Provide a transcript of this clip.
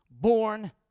born